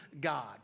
God